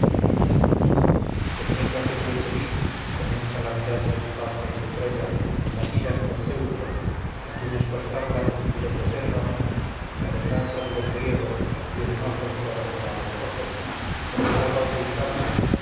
temiendo aquella infeliz común calamidad de su patria y de troya las iras de los teucros a quienes costara la destrucción de pérgamo la venganza de los griegos y el enojo de su abandonado esposo procuraba ocultarse